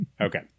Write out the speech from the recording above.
Okay